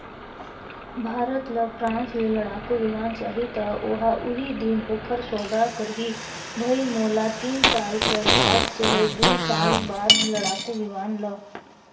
भारत ल फ्रांस ले लड़ाकु बिमान चाहीं त ओहा उहीं दिन ओखर सौदा करहीं भई मोला तीन साल कर बाद चहे दुई साल बाद लड़ाकू बिमान ल